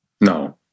no